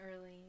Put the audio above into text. early